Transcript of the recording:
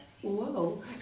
whoa